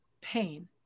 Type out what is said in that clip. pain